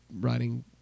writing